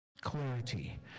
Clarity